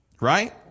Right